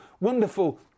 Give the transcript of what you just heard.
wonderful